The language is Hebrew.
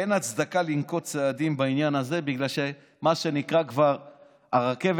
אין הצדקה לנקוט צעדים בעניין הזה בגלל שמה שנקרא הרכבת כבר עברה,